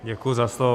Děkuji za slovo.